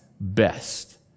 best